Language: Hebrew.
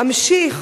אמשיך